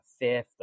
fifth